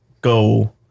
go